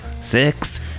six